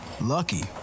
Lucky